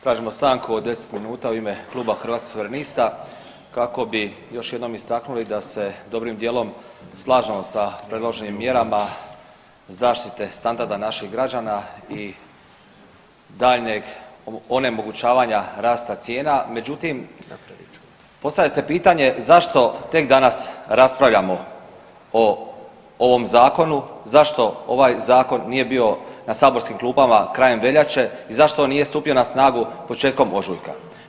Tražimo stanku od 10 minuta u ime Kluba Hrvatskih suverenista kako bi još jednom istaknuli da se dobrim dijelom slažemo sa predloženim mjerama zaštite standarda naših građana i daljnjeg onemogućavanja rasta cijena, međutim postavlja se pitanje zašto tek danas raspravljamo o ovom zakonu, zašto ovaj zakon nije bio na saborskim klupama krajem veljače i zašto on nije stupio na snagu početkom ožujka?